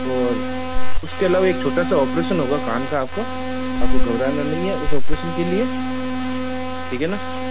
और उसके अलावा एक छोटा सा ऑपरेशन होगा कान का आप का आप को घबराना नहीं है उस ऑपरेशन के लिए ठीक है ना